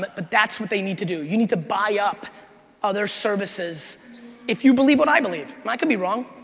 but but that's what they need to do. you need to buy up other services if you believe what i believe. and i could be wrong,